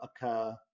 occur